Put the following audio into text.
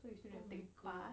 so you still need to take bus